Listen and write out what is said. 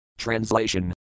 Translation